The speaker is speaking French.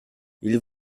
ils